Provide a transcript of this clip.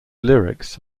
lyrics